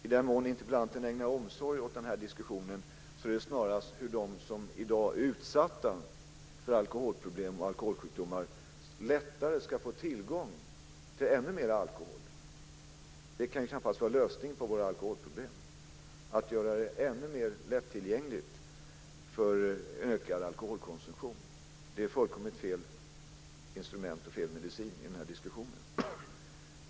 I den mån interpellanten visar omsorg i den här diskussionen är det snarast hur de som i dag är utsatta för alkoholproblem och alkoholsjukdomar lättare ska få tillgång till ännu mera alkohol. Det kan knappast vara lösningen på våra alkoholproblem. Att göra alkoholen ännu mer lättillgänglig för ökad konsumtion är fullkomligt fel instrument och fel medicin.